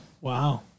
Wow